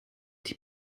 die